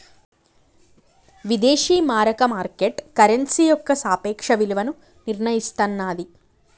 విదేశీ మారక market currency యొక్క సాపేక్ష విలువను నిర్ణయిస్తన్నాది